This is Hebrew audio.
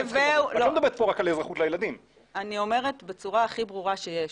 אני אומרת בצורה הכי ברורה שיש,